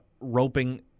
roping